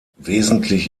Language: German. wesentlich